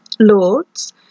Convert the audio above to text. lords